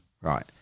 right